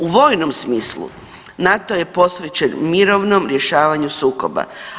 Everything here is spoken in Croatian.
U vojnom smislu NATO je posvećen mirnom rješavanju sukoba.